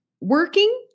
working